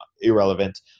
irrelevant